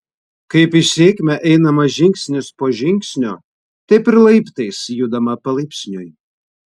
kaip į sėkmę einama žingsnis po žingsnio taip ir laiptais judama palaipsniui